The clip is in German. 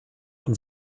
und